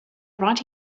brought